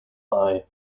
eye